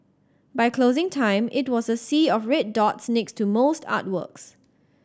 by closing time it was a sea of red dots next to most artworks